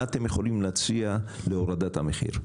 מה אתם יכולים להציע להורדת המחיר?